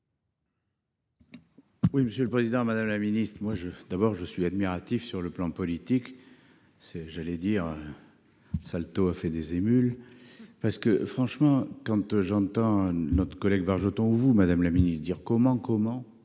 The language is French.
Oui, monsieur le Président Madame la Ministre moi je d'abord je suis admiratif. Sur le plan politique c'est j'allais dire. Taux a fait des émules. Parce que franchement quand j'entends notre collègue Bargeton Madame la Ministre dire comment comment.